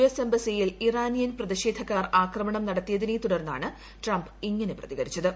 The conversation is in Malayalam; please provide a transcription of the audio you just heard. എസ് എംബസിയിൽ ഇറാനിയൻ പ്രതിഷേധക്കാർ ആക്രമണം നടത്തിയതിനെ തുടർന്നാണ് ട്രംപ് ഇങ്ങനെ പ്രതികരിച്ചത്